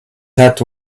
that